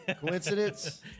Coincidence